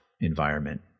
environment